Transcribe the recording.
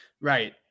Right